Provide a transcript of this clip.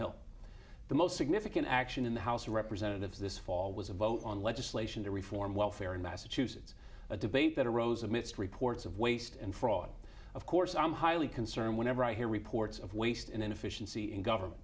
hill the most significant action in the house of representatives this fall was a vote on legislation to reform welfare in massachusetts a debate that arose amidst reports of waste and fraud of course i'm highly concerned whenever i hear reports of waste and inefficiency in government